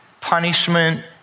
Punishment